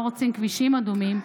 לא רוצים כבישים אדומים,